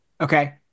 Okay